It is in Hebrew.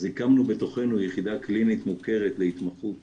אז הקמנו בתוכנו יחידת קלינית מוכרת להתמחות